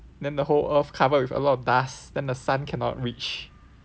then the whole earth covered with a lot of dust then the sun cannot reach